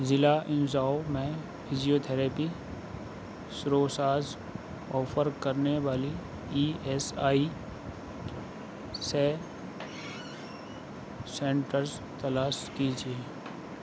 ضلع انجاو میں physiotherapy services offer کرنے والے ای ایس آئی سے سنٹرز تلاش کیجیے